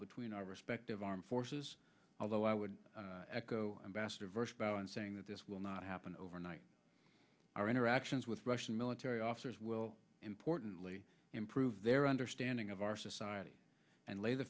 between our respective armed forces although i would echo ambassador vershbow in saying that this will not happen overnight our interactions with russian military officers will importantly improve their understanding of our society and lay the